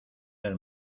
del